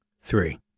three